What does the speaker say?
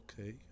okay